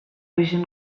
vision